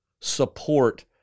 support